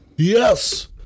Yes